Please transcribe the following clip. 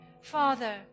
Father